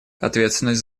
ответственность